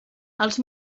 els